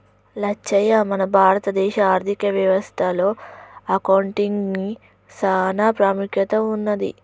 లచ్చయ్య మన భారత దేశ ఆర్థిక వ్యవస్థ లో అకౌంటిగ్కి సాన పాముఖ్యత ఉన్నది